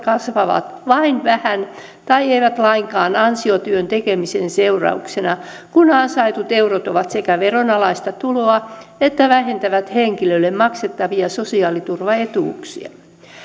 kasvavat vain vähän tai eivät lainkaan ansiotyön tekemisen seurauksena kun ansaitut eurot ovat sekä veronalaista tuloa että vähentävät henkilölle maksettavia sosiaaliturvaetuuksia